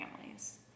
families